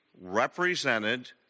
represented